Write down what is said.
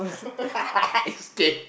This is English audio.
escape